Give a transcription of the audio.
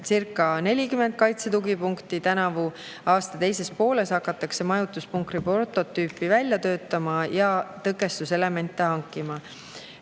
kaitse tugipunkti. Tänavu aasta teises pooles hakatakse majutuspunkri prototüüpi välja töötama ja tõkestuselemente hankima.